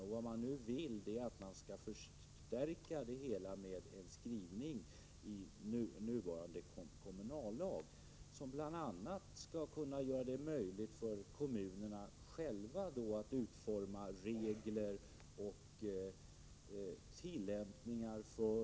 Förslaget i propositionen innebär att inflytandet skall förstärkas genom en skrivning i den nuvarande kommunallagen, som bl.a. skall kunna göra det möjligt för kommunerna att själva utforma regler och tillämpningsföreskrifter.